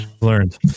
learned